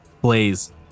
Blaze